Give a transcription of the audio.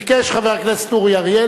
ביקש חבר הכנסת אורי אריאל,